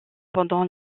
pendant